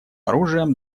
оружием